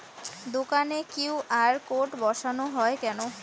দোকানে QR code বসানো হয় কেন?